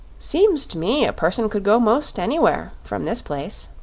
seems to me a person could go most anywhere, from this place.